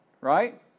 Right